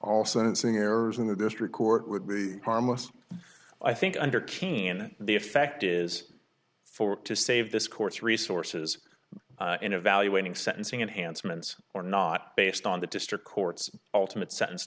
announcing errors in the district court would be harmless i think under cain the effect is for to save this court's resources in evaluating sentencing enhanced ment's or not based on the district courts ultimate sentence